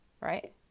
right